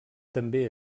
també